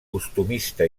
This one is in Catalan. costumista